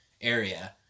area